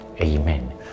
Amen